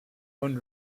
own